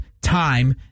time